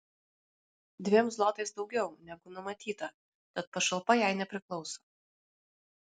dviem zlotais daugiau negu numatyta tad pašalpa jai nepriklauso